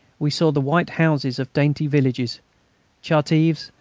we saw the white houses of dainty villages charteves,